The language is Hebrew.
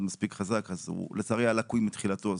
מספיק חזק ולצערי מתחילתו הוא היה לקוי.